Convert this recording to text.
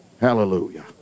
Hallelujah